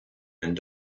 and